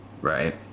Right